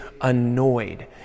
annoyed